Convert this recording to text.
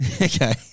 Okay